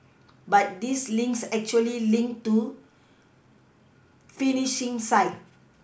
but these links actually link to phishing sites